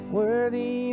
worthy